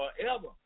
forever